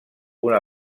una